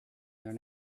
their